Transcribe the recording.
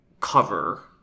cover